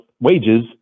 wages